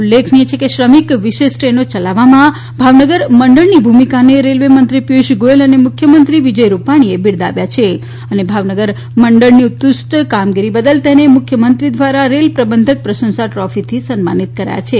ઉલ્લેખનીય છે કે શ્રમિક વિશેષ ટ્રેનો યલાવવામાં ભાવનગર મંડળની ભૂમિકાને રેલવેમંત્રી પિયુષ ગોયલ અને મુખ્યમંત્રી વિજય રૂપાણીએ બિરદાવ્યા છે અને ભાવનગર મંડળની ઉષ્કૃટ કામગીરી બદલ તેને મુખ્યમંત્રી ધ્વારા રેલ પ્રબંધક પ્રશંસા દ્રોફીથી સન્માનિત કરાયા છે